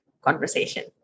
conversation